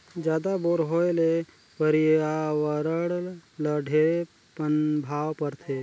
जादा बोर होए ले परियावरण ल ढेरे पनभाव परथे